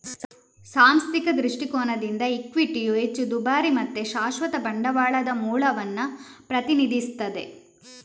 ಸಾಂಸ್ಥಿಕ ದೃಷ್ಟಿಕೋನದಿಂದ ಇಕ್ವಿಟಿಯು ಹೆಚ್ಚು ದುಬಾರಿ ಮತ್ತೆ ಶಾಶ್ವತ ಬಂಡವಾಳದ ಮೂಲವನ್ನ ಪ್ರತಿನಿಧಿಸ್ತದೆ